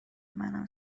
منم